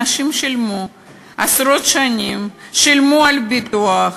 אנשים שילמו עשרות שנים, שילמו על ביטוח,